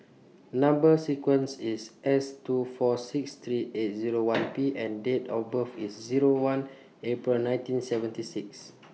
Number sequence IS S two four six three eight Zero one P and Date of birth IS Zero one April nineteen seventy six